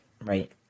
Right